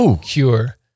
cure